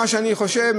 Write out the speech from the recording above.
מה שאני חושב,